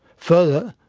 further,